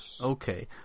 Okay